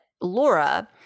Laura